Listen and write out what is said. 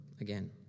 again